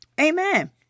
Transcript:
Amen